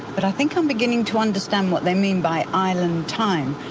but i think i'm beginning to understand what they mean by island time.